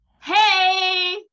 Hey